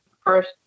first